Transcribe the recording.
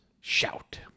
Shout